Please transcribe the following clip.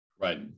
Right